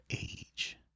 age